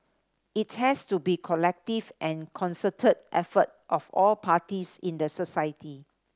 it has to be collective and concerted effort of all parties in the society